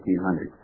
1800s